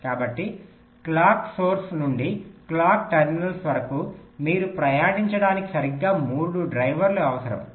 కాబట్టి clock source నుండి clock terminals వరకు మీరు ప్రయాణించడానికి సరిగ్గా 3 డ్రైవర్లు అవసరం